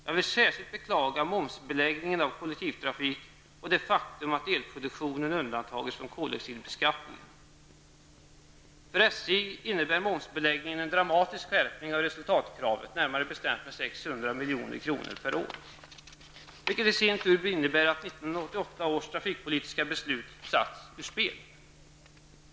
Jag vill särskilt beklaga momsbeläggningen av kollektivtrafik och det faktum att elproduktionen undantagits från koldioxidbeskattningen. För SJ innebär momsbeläggningen en dramatisk skärpning av resultatkravet, närmare bestämt med ca 600 milj.kr. per år. Detta i sin tur innebär att 1988 års trafikpolitiska beslut satts ur spel.